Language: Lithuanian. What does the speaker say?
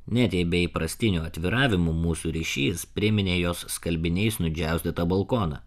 net jei be įprastinių atviravimų mūsų ryšys priminė jos skalbiniais nudžiaustytą balkoną